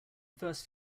first